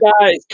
guys